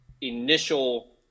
initial –